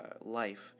life